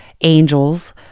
angels